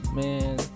man